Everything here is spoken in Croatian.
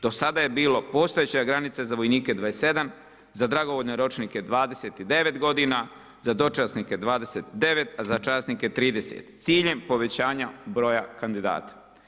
Do sada je bila postojeća granica za vojnike 27, za dragovoljne ročnike 29 g., za dočasnike 29, a za časnike 30 s ciljem povećanja broja kandidata.